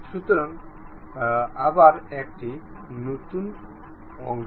সুতরাং আবার একটি নতুন অংশ